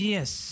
Yes